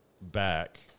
back